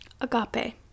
agape